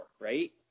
right